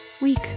week